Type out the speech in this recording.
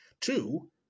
Two